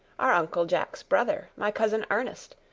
are uncle jack's brother, my cousin ernest,